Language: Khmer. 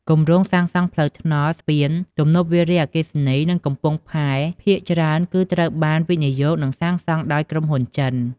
គម្រោងសាងសង់ផ្លូវថ្នល់ ស្ពាន ទំនប់វារីអគ្គិសនី និងកំពង់ផែភាគច្រើនគឺត្រូវបានវិនិយោគនិងសាងសង់ដោយក្រុមហ៊ុនចិន។